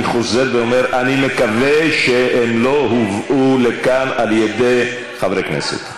אני חוזר ואומר: אני מקווה שהם לא הובאו לכאן על-ידי חברי כנסת.